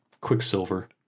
Quicksilver